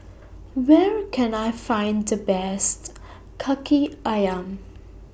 Where Can I Find The Best Kaki Ayam